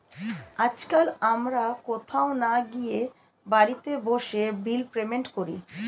আজকাল আমরা কোথাও না গিয়ে বাড়িতে বসে বিল পেমেন্ট করি